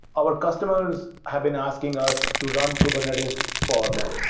our customers have been asking us to run kubernetes for them.